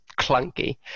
clunky